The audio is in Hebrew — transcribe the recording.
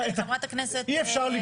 חברת הכנסת רוזין,